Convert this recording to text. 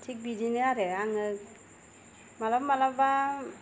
थिग बेबादिनो आरो आङो मालाबा मालाबा